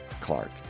Clark